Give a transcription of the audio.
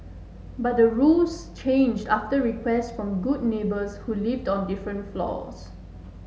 but the rules changed after requests from good neighbours who lived on different floors